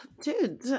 Dude